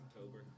October